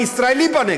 גם ישראלי.